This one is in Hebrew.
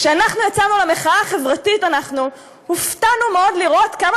כשאנחנו יצאנו למחאה החברתית הופתענו מאוד לראות כמה